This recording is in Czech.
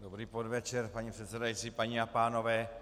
Dobrý podvečer, paní předsedající, paní a pánové.